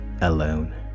alone